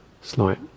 slight